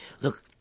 look